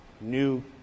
new